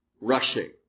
rushing